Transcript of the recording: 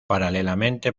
paralelamente